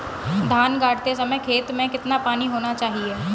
धान गाड़ते समय खेत में कितना पानी होना चाहिए?